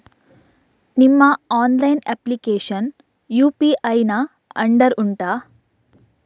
ನಿಮ್ಮ online application UPI ನ under ಉಂಟಾ